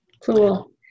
Cool